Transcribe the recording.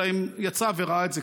אלא אם יצא וראה את זה,